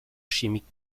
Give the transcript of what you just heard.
chimique